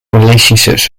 relationships